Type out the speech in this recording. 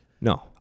no